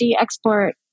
export